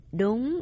đúng